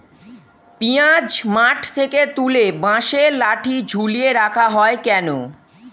পিঁয়াজ মাঠ থেকে তুলে বাঁশের লাঠি ঝুলিয়ে রাখা হয় কেন?